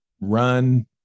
Run